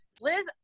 Liz